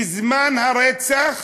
בזמן הרצח